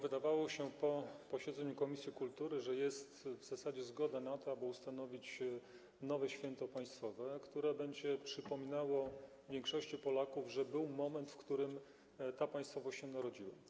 Wydawało się po posiedzeniu komisji kultury, że jest w zasadzie zgoda na to, aby ustanowić nowe święto państwowe, które będzie przypominało większości Polaków, że był moment, w którym ta państwowość się narodziła.